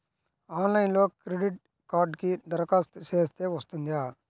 ఆన్లైన్లో క్రెడిట్ కార్డ్కి దరఖాస్తు చేస్తే వస్తుందా?